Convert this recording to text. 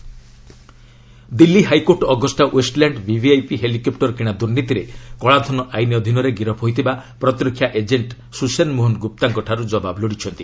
high court Agusta Westland Delhi high court Agusta Westland VVIP helicopter କିଣା ଦୁର୍ନୀତିରେ କଳାଧନ ଆଇନ ଅଧୀନରେ ଗିରଫ ହୋଇଥିବା ପ୍ରତିରକ୍ଷା ଏଜେଣ୍ଟ ସୁସେନ୍ ମୋହନ ଗୁପ୍ତାଙ୍କଠାରୁ ଜବାବ ଲୋଡ଼ିଛନ୍ତି